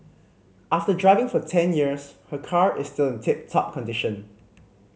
after driving for ten years her car is still in tip top condition